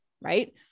Right